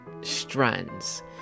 strands